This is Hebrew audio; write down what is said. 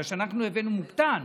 בגלל שאנחנו הבאנו מוקטן,